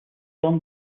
song